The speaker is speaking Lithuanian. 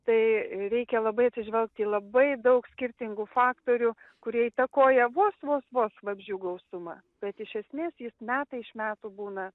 tai reikia labai atsižvelgti į labai daug skirtingų faktorių kurie įtakoja vos vos vos vabzdžių gausumą bet iš esmės jis metai iš metų būna